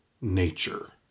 nature